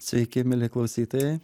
sveiki mieli klausytojai